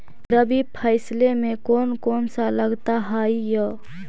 रबी फैसले मे कोन कोन सा लगता हाइय?